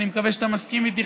אני מקווה שאתה מסכים איתי,